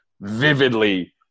vividly